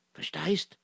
Versteist